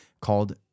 called